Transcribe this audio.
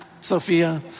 Sophia